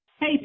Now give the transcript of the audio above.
Hey